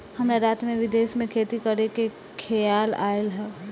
हमरा रात में विदेश में खेती करे के खेआल आइल ह